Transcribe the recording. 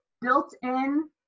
built-in